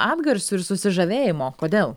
atgarsių ir susižavėjimo kodėl